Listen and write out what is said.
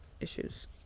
issues